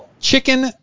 chicken